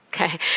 okay